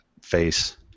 face